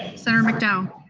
senator mcdowell?